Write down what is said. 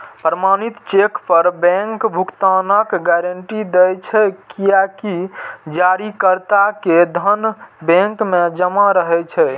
प्रमाणित चेक पर बैंक भुगतानक गारंटी दै छै, कियैकि जारीकर्ता के धन बैंक मे जमा रहै छै